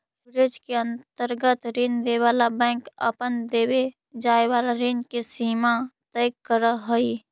leverage के अंतर्गत ऋण देवे वाला बैंक अपन देवे जाए वाला ऋण के सीमा तय करऽ हई